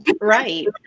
Right